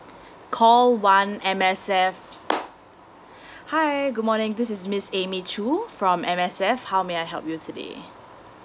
call one M_S_F hi good morning this is miss amy choo from M_S_F how may I help you today